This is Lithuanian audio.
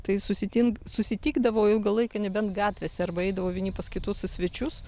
tai susitink susitikdavo ilgą laiką nebent gatvėse arba eidavo vieni pas kitus į svečius